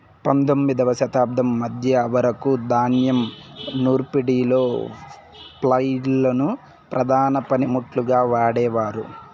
పందొమ్మిదవ శతాబ్దం మధ్య వరకు ధాన్యం నూర్పిడిలో ఫ్లైల్ ను ప్రధాన పనిముట్టుగా వాడేవారు